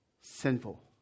sinful